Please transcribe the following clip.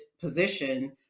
position